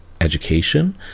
education